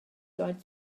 died